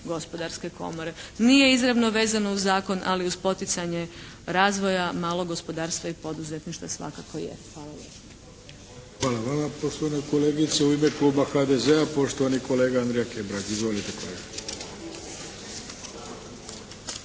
Gospodarske komore. Nije izravno vezano uz zakon ali uz poticanje razvoja malog gospodarstva i poduzetništva svakako je. Hvala lijepo. **Arlović, Mato (SDP)** Hvala vama poštovana kolegice. U ime kluba HDZ-a poštovani kolega Andrija Hebrang. Izvolite kolega!